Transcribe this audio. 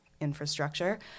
infrastructure